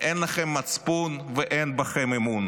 אין לכם מצפון ואין בכם אמון.